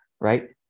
right